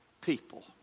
people